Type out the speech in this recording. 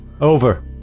Over